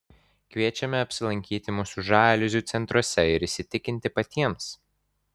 kviečiame apsilankyti mūsų žaliuzių centruose ir įsitikinti patiems